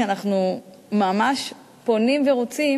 כי אנחנו ממש פונים ורוצים.